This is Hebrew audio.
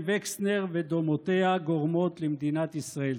וקסנר ודומותיה גורמות למדינת ישראל.